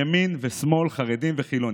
ימין ושמאל, חרדים וחילונים.